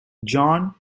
john